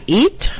eat